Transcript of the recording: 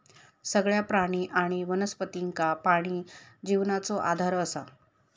सगळ्या प्राणी आणि वनस्पतींका पाणी जिवनाचो आधार असा